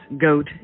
Goat